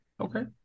Okay